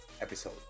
episode